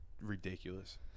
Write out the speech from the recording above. ridiculous